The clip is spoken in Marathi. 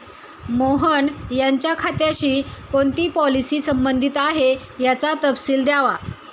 मोहन यांच्या खात्याशी कोणती पॉलिसी संबंधित आहे, याचा तपशील द्यावा